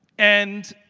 and,